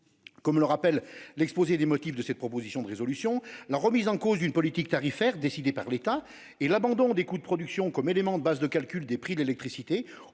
Comme le rappelle l'exposé des motifs de la proposition de résolution, la remise en cause d'une politique tarifaire décidée par l'État et l'abandon des coûts de production comme élément de la base de calcul des prix de l'électricité